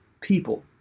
people